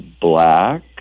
black